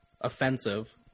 offensive